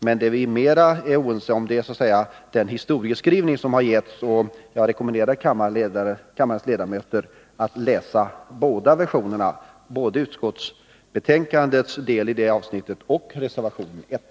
Men vad vi är oense om är den historieskrivning som har givits. Jag rekommenderar kammarens ledamöter att läsa båda versionerna, både utskottsbetänkandet och reservation 1.